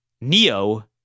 neo